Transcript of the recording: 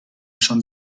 schon